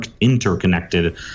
interconnected